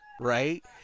right